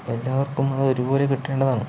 എല്ലാവർക്കും അതൊരുപോലെ കിട്ടേണ്ടതാണ്